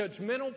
judgmental